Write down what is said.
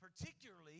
particularly